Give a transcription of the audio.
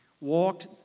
walked